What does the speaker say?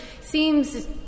seems